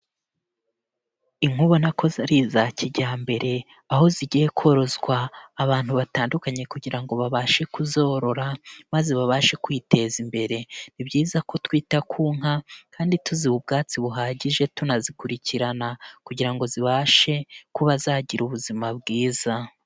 Inka ubona ko ari iza kijyambere aho zigiye korozwa abantu batandukanye kugira ngo babashe kuzorora maze babashe kwiteza imbere, ni byiza ko twita ku nka kandi tuziha ubwatsi buhagije tunazikurikirana kugira ngo zibashe kuba zagira ubuzima bwiza.